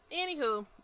anywho